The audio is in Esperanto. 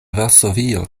varsovio